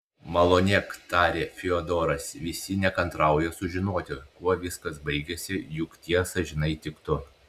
malonėk tarė fiodoras visi nekantrauja sužinoti kuo viskas baigėsi juk tiesą žinai tik tu